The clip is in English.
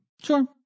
Sure